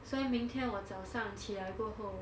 所以明天我早上起来过后